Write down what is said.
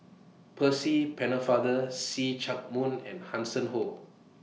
Percy Pennefather See Chak Mun and Hanson Ho